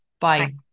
Bye